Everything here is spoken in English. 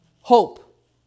Hope